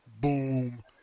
boom